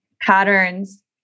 patterns